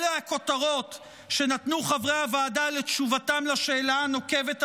אלה הכותרות שנתנו חברי הוועדה לתשובתם על השאלה הנוקבת הזאת,